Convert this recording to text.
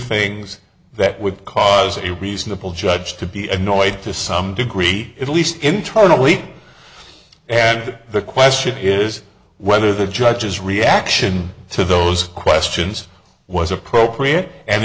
things that would cause a reasonable judge to be annoyed to some degree at least internally and the question is whether the judge's reaction to those questions was appropriate and